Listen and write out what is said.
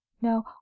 no